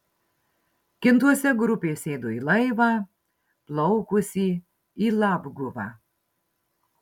kintuose grupė sėdo į laivą plaukusį į labguvą